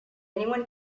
anyone